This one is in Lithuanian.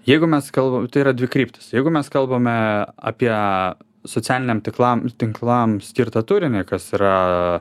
jeigu mes kalbam tai yra dvikryptis jeigu mes kalbame apie socialiniam tinklam tinklams skirtą turinį kas yra